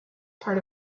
part